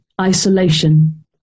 isolation